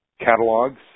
catalogs